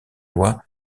loi